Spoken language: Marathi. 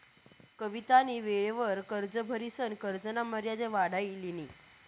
कवितानी वेळवर कर्ज भरिसन कर्जना मर्यादा वाढाई लिनी